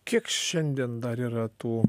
kiek šiandien dar yra tų